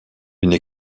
une